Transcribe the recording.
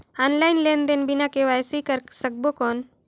Online लेनदेन बिना KYC कर सकबो कौन??